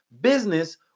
Business